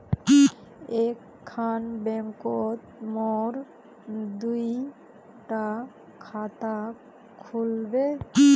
एक खान बैंकोत मोर दुई डा खाता खुल बे?